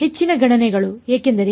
ಹೆಚ್ಚಿನ ಗಣನೆಗಳು ಏಕೆಂದರೆ